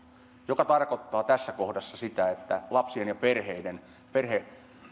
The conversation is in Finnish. mikä tarkoittaa tässä kohdassa sitä että lapsien ja